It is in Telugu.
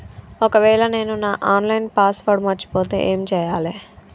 ఒకవేళ నేను నా ఆన్ లైన్ పాస్వర్డ్ మర్చిపోతే ఏం చేయాలే?